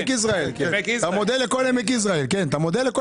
אתה מודה לכל עמק יזרעאל, כן.